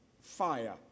fire